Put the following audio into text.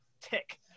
tick